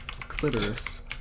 clitoris